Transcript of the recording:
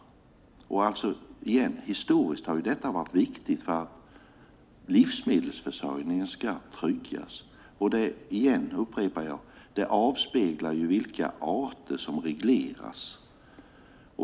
Historiskt har detta varit viktigt för att trygga livsmedelsförsörjningen. Återigen: Detta avspeglar vilka arter som regleras.